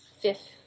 fifth